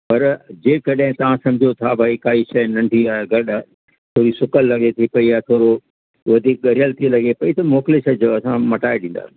पर जे कॾहिं तव्हां समुझो था भाई काई शइ नंढी आहे ग़लति आहे कोई सुकल लॻे थी पेई या थोरो वधीक ॻरियल थी लॻे पेई त मोकिले छॾिजो असां मटाए ॾींदा